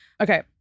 Okay